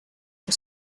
que